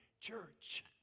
church